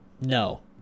No